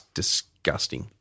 disgusting